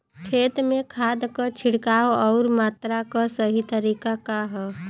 खेत में खाद क छिड़काव अउर मात्रा क सही तरीका का ह?